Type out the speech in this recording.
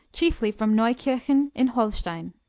chiefly from neukirchen in holstein.